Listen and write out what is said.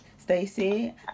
Stacey